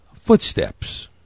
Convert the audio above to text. Footsteps